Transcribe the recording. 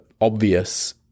obvious